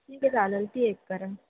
ठीक आहे चालेल ती एक करा मग